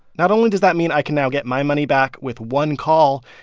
not only does that mean i can now get my money back with one call,